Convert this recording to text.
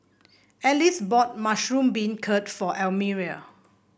Alyce bought Mushroom Beancurd for Elmire